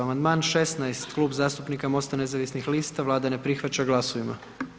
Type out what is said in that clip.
Amandman 16, Klub zastupnika MOST-a nezavisnih lista, Vlada ne prihvaća, glasujmo.